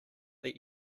that